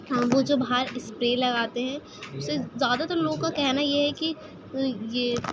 وہ جو باہر اسپرے لگاتے ہیں اس سے زیادہ تر لوگوں کا کہنا ہے یہ ہے کہ یہ